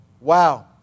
Wow